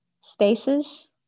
spaces